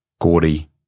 Gordy